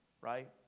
right